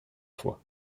fois